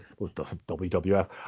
WWF